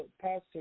Pastor